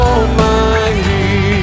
Almighty